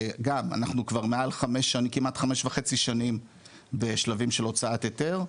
גם אנחנו כבר מעל כמעט חמש וחצי שנים בשלבים של הוצאת היתר,